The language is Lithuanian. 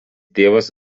tėvas